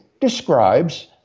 describes